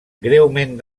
greument